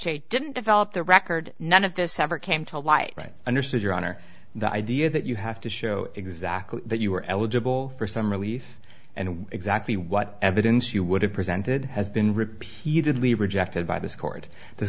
a didn't develop the record none of this ever came to light understood your honor the idea that you have to show exactly that you are eligible for some relief and exactly what evidence you would have presented has been repeatedly rejected by this court the